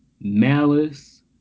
malice